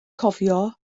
cofio